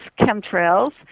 chemtrails